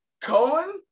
Cohen